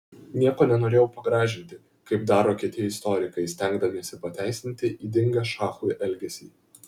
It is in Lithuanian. nieko nenorėjau pagražinti kaip daro kiti istorikai stengdamiesi pateisinti ydingą šachų elgesį